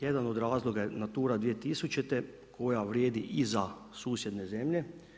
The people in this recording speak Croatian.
Jedan od razloga je Natura 2000. koja vrijedi i za susjedne zemlje.